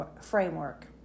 framework